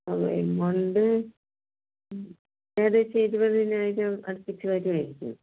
amount ഏകദേശം ഇരുപതിനായിരം അടുപ്പിച്ചു വരുവായിരിക്കും